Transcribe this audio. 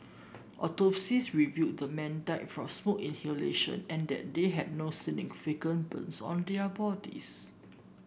autopsies revealed the men died from smoke inhalation and that they had no significant burns on their bodies